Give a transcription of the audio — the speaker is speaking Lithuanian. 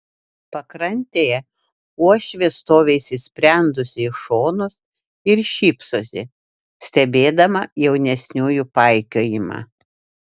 pakrantėje uošvė stovi įsisprendusi į šonus ir šypsosi stebėdama jaunesniųjų paikiojimą